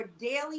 daily